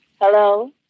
Hello